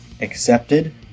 accepted